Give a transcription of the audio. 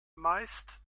meist